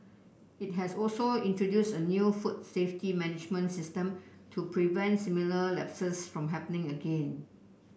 it has also introduced a new food safety management system to prevent similar lapses from happening again